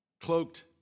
cloaked